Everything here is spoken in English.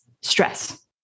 stress